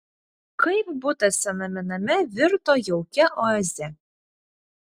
kaip butas sename name virto jaukia oaze